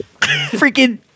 Freaking